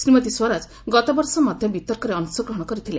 ଶ୍ରୀମତୀ ସ୍ୱରାଜ ଗତବର୍ଷ ମଧ୍ୟ ବିତର୍କରେ ଅଂଶଗ୍ରହଣ କରିଥିଲେ